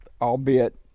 albeit